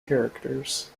characters